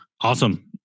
awesome